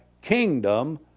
kingdom